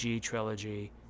trilogy